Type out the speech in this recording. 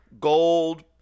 gold